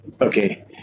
Okay